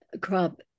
crop